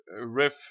riff